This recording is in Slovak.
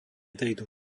tejto